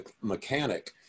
mechanic